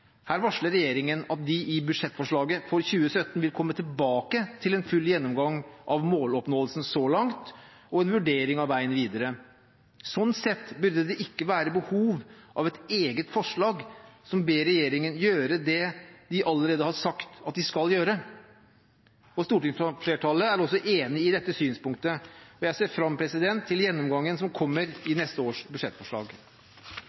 Her varsler regjeringen at de i budsjettforslaget for 2017 vil komme tilbake til en full gjennomgang av måloppnåelsen så langt og en vurdering av veien videre. Sånn sett burde det ikke være behov for et eget forslag som ber regjeringen gjøre det de allerede har sagt de skal gjøre. Stortingsflertallet er også enig i dette synspunktet, og jeg ser fram til gjennomgangen som kommer